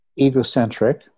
egocentric